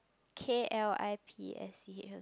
k_l_i_p_s_c_h